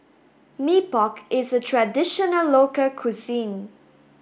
Mee Pok is a traditional local cuisine